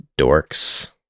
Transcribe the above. dorks